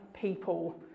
people